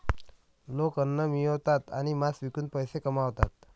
लोक अन्न मिळवतात आणि मांस विकून पैसे कमवतात